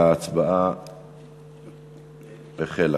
ההצבעה החלה.